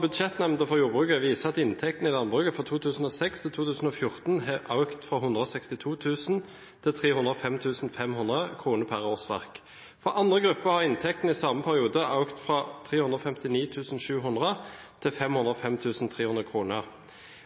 Budsjettnemnda for jordbruket viser at inntektene i landbruket fra 2006 til 2014 har økt fra 162 000 til 305 500 kr/årsverk. For andre grupper har inntektene i samme periode økt fra 359 700 til 505 300 kr.